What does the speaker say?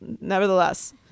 nevertheless